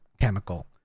chemical